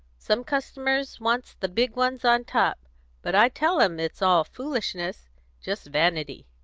some customers wants the big ones on top but i tell em it's all foolishness just vanity.